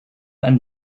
and